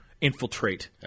infiltrate